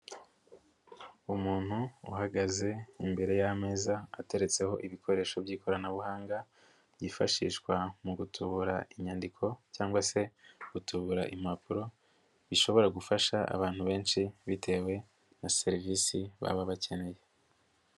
Umuntu uhagaze imbere y'ameza ateretseho ibikoresho by'ikoranabuhanga byifashishwa mu gutubora inyandiko cyangwa se gutubura impapuro bishobora gufasha abantu benshi bitewe na serivisi baba bakeneye.